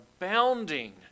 abounding